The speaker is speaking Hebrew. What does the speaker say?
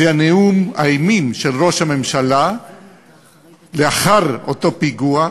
זה נאום האימים של ראש הממשלה לאחר אותו פיגוע,